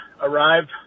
arrived